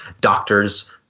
doctors